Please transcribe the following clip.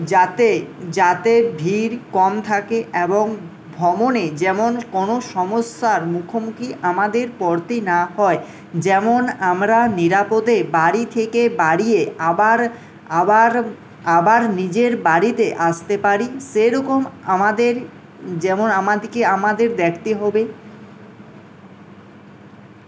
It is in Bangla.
যাতে যাতে ভিড় কম থাকে এবং ভ্রমণে যেমন কোনো সমস্যার মুখোমুখি আমাদের পড়তে না হয় যেমন আমরা নিরাপদে বাড়ি থেকে বেরিয়ে আবার আবার আবার নিজের বাড়িতে আসতে পারি সেরকম আমাদের যেমন আমাদিকে আমাদের দেখতে হবে